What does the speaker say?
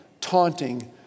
taunting